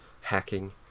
hacking